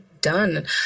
done